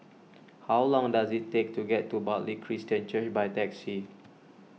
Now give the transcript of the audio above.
how long does it take to get to Bartley Christian Church by taxi